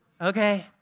Okay